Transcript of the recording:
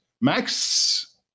Max